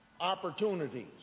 opportunities